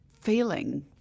feeling